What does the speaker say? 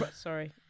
Sorry